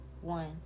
one